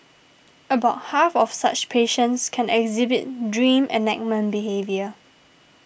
about half of such patients can exhibit dream enactment behaviour